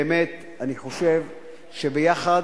באמת, אני חושב שביחד,